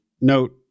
note